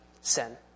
sin